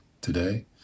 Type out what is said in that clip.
today